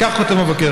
וכך כותב המבקר: